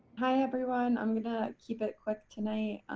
hi everyone, i'm going to keep it quick tonight.